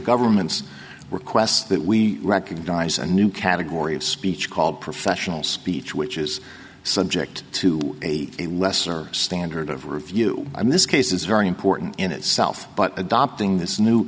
government's request that we recognize a new category of speech called professional speech which is subject to a lesser standard of review and this case is very important in itself but adopting this new